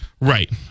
right